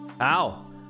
Ow